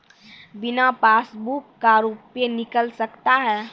बिना पासबुक का रुपये निकल सकता हैं?